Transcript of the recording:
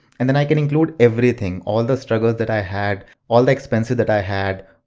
and then i can include everything, all the struggles that i had, all the expenses that i had,